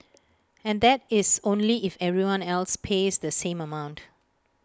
and that is only if everyone else pays the same amount